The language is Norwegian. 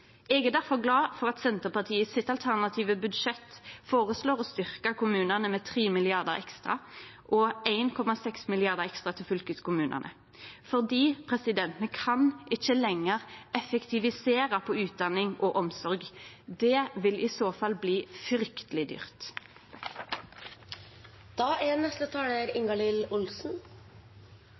Eg er difor glad for at Senterpartiet i sitt alternative budsjett føreslår å styrkje kommunane med 3 mrd. kr ekstra og 1,6 mrd. kr ekstra til fylkeskommunane. For me kan ikkje lenger effektivisere på utdanning og omsorg. Det vil i så fall bli frykteleg dyrt.